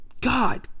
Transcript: God